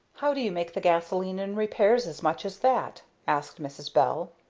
how do you make the gasolene and repairs as much as that? asked mrs. bell.